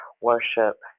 worship